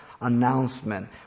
announcement